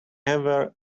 ever